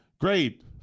great